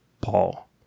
Paul